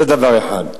זה דבר אחד.